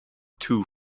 two